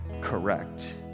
correct